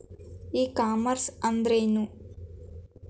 E commerce ಅಂದ್ರೇನು?